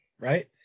right